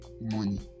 money